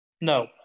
No